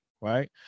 Right